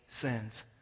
sins